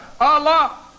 Allah